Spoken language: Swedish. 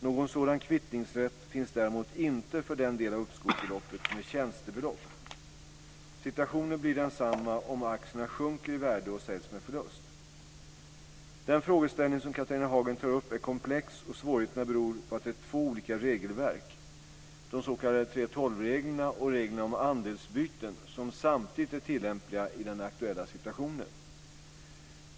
Någon sådan kvittningsrätt finns däremot inte för den del av uppskovsbeloppet som är tjänstebelopp. Situationen blir densamma om aktierna sjunker i värde och säljs med förlust. Den frågeställning som Catharina Hagen tar upp är komplex och svårigheterna beror på att det är två olika regelverk - de s.k. 3:12-reglerna och reglerna om andelsbyten - som samtidigt är tillämpliga i den aktuella situationen.